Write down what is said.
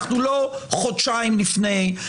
אנחנו לא חודשיים לפני,